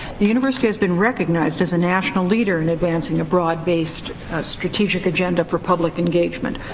the university has been recognized as a national leader in advancing a broad-based strategic agenda for public engagement.